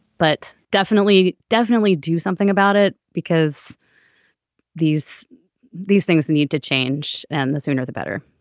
but definitely definitely do something about it because these these things need to change and the sooner the better